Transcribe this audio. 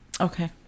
Okay